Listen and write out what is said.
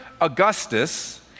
Augustus